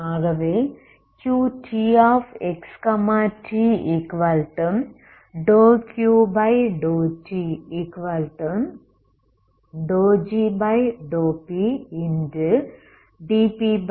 ஆகவே Qtx t∂Q∂tdgdp